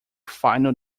final